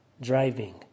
driving